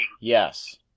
Yes